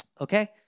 okay